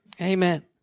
Amen